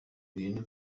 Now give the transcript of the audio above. bintu